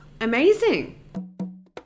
Amazing